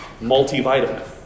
multivitamin